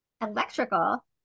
electrical